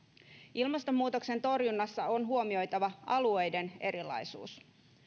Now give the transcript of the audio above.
ilmastonmuutoksen torjunnassa on huomioitava alueiden erilaisuus